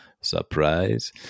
Surprise